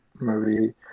movie